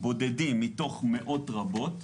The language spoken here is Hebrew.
בודדים מתוך מאות רבות.